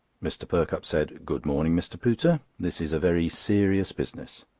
mr. perkupp said good-morning, mr. pooter! this is a very serious business.